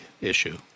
issue